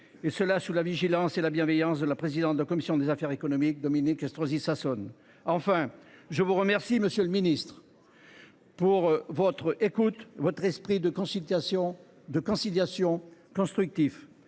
sous l’œil vigilant et bienveillant de la présidente de la commission des affaires économiques, Dominique Estrosi Sassone. Enfin, je vous remercie, monsieur le ministre, de votre écoute et de votre esprit de conciliation constructif.